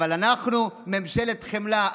אבל אנחנו ממשלת חמלה,